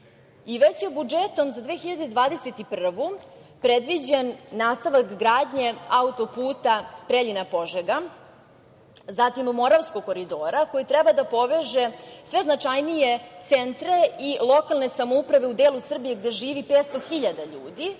Već je budžetom za 2021. godinu predviđen nastavak gradnje autoputa Preljina – Požega, zatim Moravskog koridora, koji treba da poveže sve značajnije centre i lokalne samouprave u delu Srbije gde živi 500 hiljada